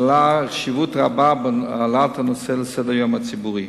שלה חשיבות רבה בהעלאת הנושא לסדר-היום הציבורי.